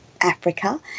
Africa